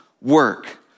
work